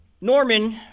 Norman